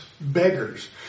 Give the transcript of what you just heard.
beggars